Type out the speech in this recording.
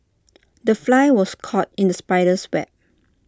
the fly was caught in the spider's web